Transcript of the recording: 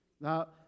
Now